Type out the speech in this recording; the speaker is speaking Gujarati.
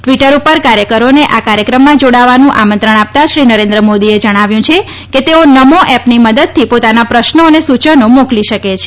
ટિવટર ઉપર કાર્યકરોને આ કાર્યક્રમમાં જોડાવાનું આમંત્રણ આપતા શ્રી નરેન્દ્ર મોદીએ જણાવ્યું છે કે તેઓ નમો એપની મદદથી પોતાના પ્રશ્નો અને સૂચનો મોકલી શકે છે